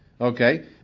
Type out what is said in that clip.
okay